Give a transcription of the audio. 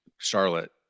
Charlotte